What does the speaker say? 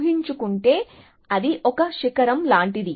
ఊహించు కుంటే అది ఒక శిఖరం లాంటిది